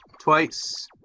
twice